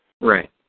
Right